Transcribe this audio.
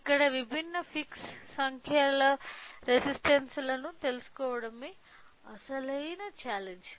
ఇక్కడ విభిన్న ఫిక్స్డ్ సంఖ్యల రెసిస్టన్స్స్ లను తెలుసుకోవడమే అసలైన ఛాలెంజ్